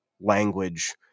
Language